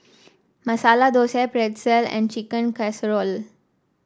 Masala Dosa Pretzel and Chicken Casserole